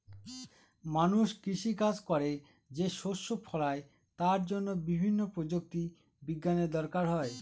মানুষ কৃষি কাজ করে যে শস্য ফলায় তার জন্য বিভিন্ন প্রযুক্তি বিজ্ঞানের দরকার হয়